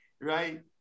right